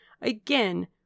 again